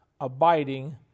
abiding